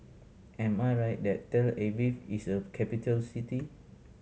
am I right that Tel Aviv is a capital city